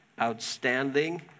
outstanding